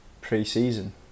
pre-season